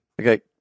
Okay